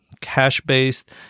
cash-based